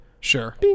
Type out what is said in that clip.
sure